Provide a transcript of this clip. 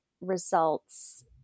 results